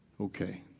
Okay